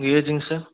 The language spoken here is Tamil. ஏஜ்ஜிங்க சார்